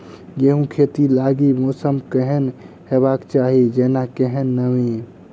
गेंहूँ खेती लागि मौसम केहन हेबाक चाहि जेना केहन नमी?